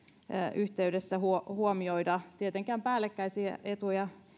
yhteydessä huomioida tietenkään päällekkäisiä etuja